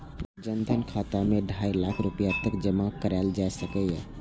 जन धन खाता मे ढाइ लाख रुपैया तक जमा कराएल जा सकैए